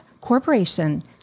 corporation